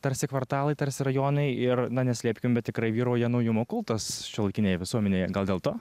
tarsi kvartalai tarsi rajonai ir na neslėpkim bet tikrai vyrauja naujumo kultas šiuolaikinėje visuomenėje gal dėl to